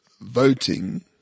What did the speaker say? voting